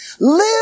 live